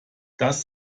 das